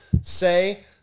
say